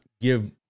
give